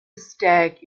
stake